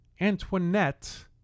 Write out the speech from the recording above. Antoinette